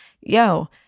yo